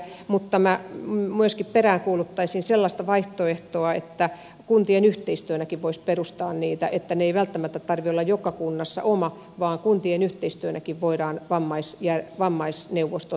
mutta myöskin peräänkuuluttaisin sellaista vaihtoehtoa sellaista mahdollisuutta että kuntien yhteistyönäkin voisi perustaa niitä välttämättä ei tarvitse olla joka kunnassa omaa vaan kuntien yhteistyönäkin voidaan vammaisneuvostot perustaa